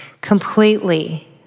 completely